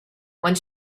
one